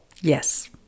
yes